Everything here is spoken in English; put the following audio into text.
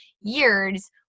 years